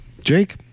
Jake